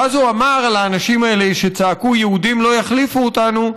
ואז הוא אמר לאנשים האלה שצעקו יהודים לא יחליפו אותנו: